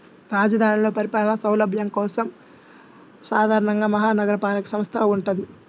రాజధానిలో పరిపాలనా సౌలభ్యం కోసం సాధారణంగా మహా నగరపాలక సంస్థ వుంటది